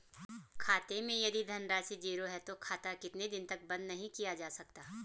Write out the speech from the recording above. खाते मैं यदि धन राशि ज़ीरो है तो खाता कितने दिन तक बंद नहीं किया जा सकता?